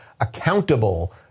accountable